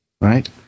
right